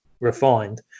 refined